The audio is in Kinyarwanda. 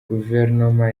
guverinoma